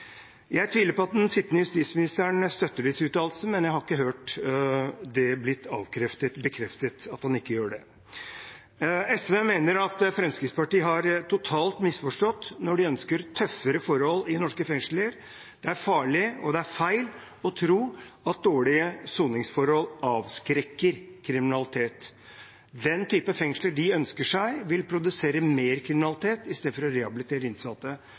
Jeg tviler på at den sittende justisministeren støtter disse uttalelsene, men jeg har ikke hørt det bli bekreftet at han ikke gjør det. SV mener at Fremskrittspartiet totalt har misforstått når de ønsker tøffere forhold i norske fengsler. Det er farlig, og det er feil å tro at dårlige soningsforhold avskrekker kriminelle. Den type fengsler de ønsker seg, vil produsere mer kriminalitet i stedet for å rehabilitere innsatte,